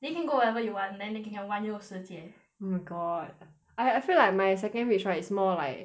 then you can go wherever you want then 你 can 玩游世界 oh my god I I feel like my second wish right is more like